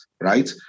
Right